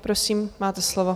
Prosím, máte slovo.